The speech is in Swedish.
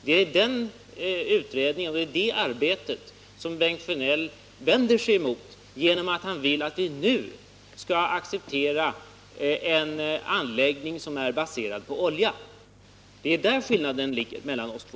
Det är det arbetet Bengt Sjönell vänder sig emot genom att vilja att vi nu skall acceptera en anläggning som är baserad på olja. Det är där skillnaden mellan oss två